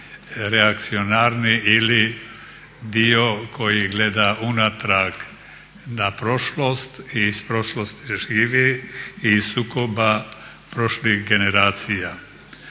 reakcionarni ili dio koji gleda unatrag, na prošlost i iz prošlosti živi i iz sukoba prošlih generacija.